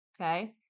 okay